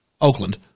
Oakland